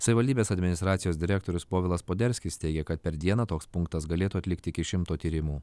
savivaldybės administracijos direktorius povilas poderskis teigė kad per dieną toks punktas galėtų atlikti iki šimto tyrimų